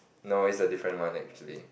no is a different one actually